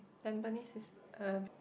Tampines is uh